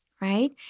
right